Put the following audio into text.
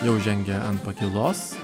jau žengė ant pakylos